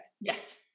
Yes